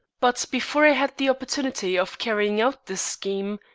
but before i had the opportunity of carrying out this scheme,